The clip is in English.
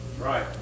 right